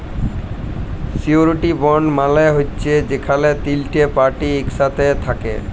surety bond মালে হছে যেখালে তিলটে পার্টি ইকসাথে থ্যাকে